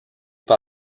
par